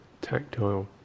tactile